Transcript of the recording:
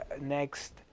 next